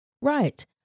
right